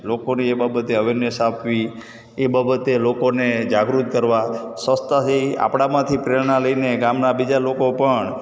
લોકોને એ બાબતે અવૅરનેસ આપવી એ બાબતે લોકોને જાગૃત કરવા સ્વચ્છતા છે એ આપણામાંથી પ્રેરણા લઈને ગામનાં બીજા લોકો પણ